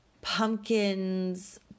pumpkins